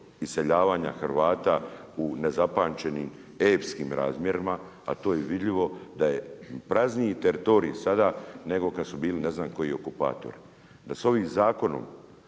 iseljavanja Hrvata u nezapamćenim epskim razmjerima, a to je vidljivo da je prazniji teritorij sada nego kad su bili ne znam koji okupatori. Da sa ovim zakonom